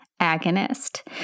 agonist